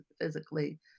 physically